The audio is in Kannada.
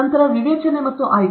ನಂತರ ವಿವೇಚನೆ ಮತ್ತು ಆಯ್ಕೆ